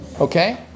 Okay